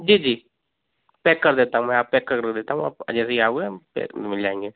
जी जी पैक कर देता हूँ मैं हाँ पैक करके देता हूँ आप जैसे ही आओगे पैक मिल जाएँगे